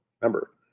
Remember